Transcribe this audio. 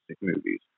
movies